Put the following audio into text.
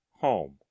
home